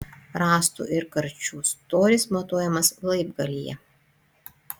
rąstų ir karčių storis matuojamas laibgalyje